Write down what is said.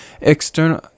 External